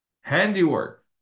handiwork